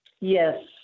Yes